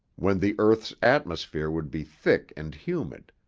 when the earth's atmosphere would be thick and humid,